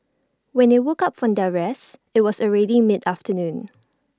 when they woke up from their rest IT was already mid afternoon